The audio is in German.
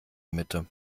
mitte